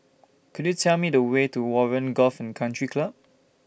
Could YOU Tell Me The Way to Warren Golf and Country Club